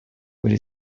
with